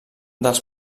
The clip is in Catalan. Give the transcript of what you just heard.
dels